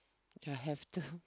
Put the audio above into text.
ya have to